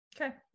Okay